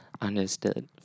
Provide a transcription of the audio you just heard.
Understood